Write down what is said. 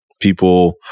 people